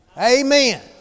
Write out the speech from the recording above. Amen